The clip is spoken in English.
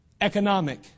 economic